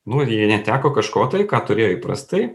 nu ir jie neteko kažko tai ką turėjo įprastai